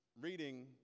reading